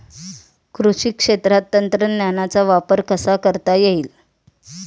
कृषी क्षेत्रात तंत्रज्ञानाचा वापर कसा करता येईल?